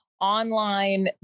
online